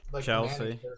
Chelsea